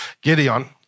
Gideon